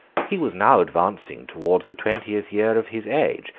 he was now advancing towards the twentieth year of his age,